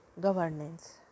governance